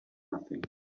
nothing